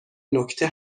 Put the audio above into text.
نکته